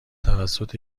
توسط